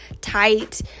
tight